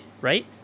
right